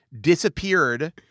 disappeared